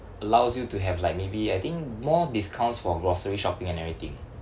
allows you to have like maybe I think more discounts for grocery shopping and everything